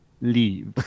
leave